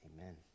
Amen